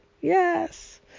Yes